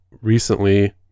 recently